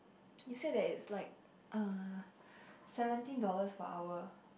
he said that it's like uh seventeen dollars per hour